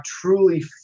truly